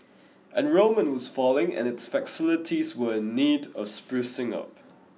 enrolment was falling and its facilities were in need of sprucing up